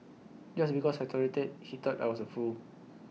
just because I tolerated he thought I was A fool